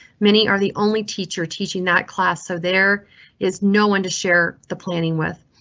many are the only teacher teaching that class, so there is no one to share the planning with.